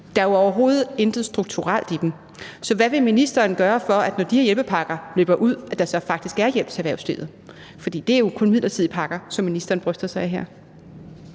Der er jo overhovedet intet strukturelt i dem. Så hvad vil ministeren gøre for, at der, når de her hjælpepakker løber ud, faktisk er hjælp til erhvervslivet? For det er jo kun midlertidige pakker, som ministeren bryster sig af her.